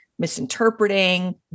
Misinterpreting